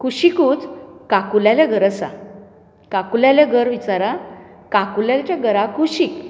कुशिकूच काकुल्यालें घर आसा काकुल्यालें घर विचारा काकुल्याच्या घरा कुशीक